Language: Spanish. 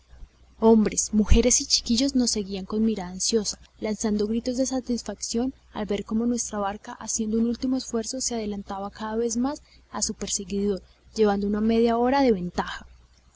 hombres mujeres y chiquillos nos seguían con mirada ansiosa lanzando gritos de satisfacción al ver cómo nuestra barca haciendo un último esfuerzo se adelantaba cada vez más a su perseguidor llevándole una media hora de ventaja